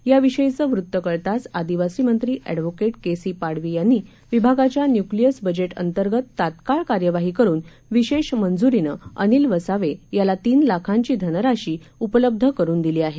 याविषयीचं वृत्त कळताच आदिवासीमंत्री ऍड के सी पाडवी यांनी विभागाच्या न्युक्लीअस बजेट अंतर्गत तात्काळ कार्यवाही करुन विशेष मंज्रीने अनिल वसावे याला तीन लाखांची धनराशी उपलब्ध करुन दिली आहे